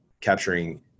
capturing